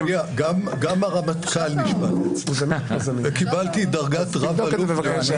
לא אכפת לך --- תודה רבה חבר הכנסת רון כץ.